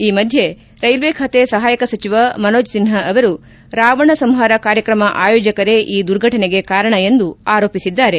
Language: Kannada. ಈ ಮಧ್ಯೆ ರೈಲ್ವೆ ಖಾತೆ ಸಹಾಯಕ ಸಚಿವ ಮನೋಜ್ ಸಿನ್ಹಾ ಅವರು ರಾವಣ ಸಂಹಾರ ಕಾರ್ಯಕ್ರಮ ಆಯೋಜಕರೇ ಈ ದುರ್ಘಟನೆಗೆ ಕಾರಣ ಎಂದು ಆರೋಪಿಸಿದ್ದಾರೆ